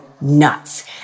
nuts